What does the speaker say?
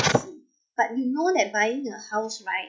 but you know that buying a house right